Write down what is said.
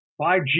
5G